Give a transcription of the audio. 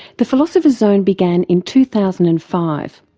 the philosopher's zone began in two thousand and five,